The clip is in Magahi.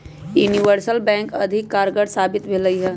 यूनिवर्सल बैंक अधिक कारगर साबित भेलइ ह